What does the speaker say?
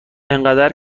انقدر